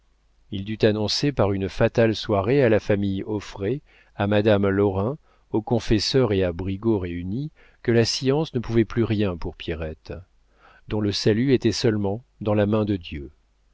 il dut annoncer par une fatale soirée à la famille auffray à madame lorrain au confesseur et à brigaut réunis que la science ne pouvait plus rien pour pierrette dont le salut était seulement dans la main de dieu